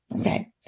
Okay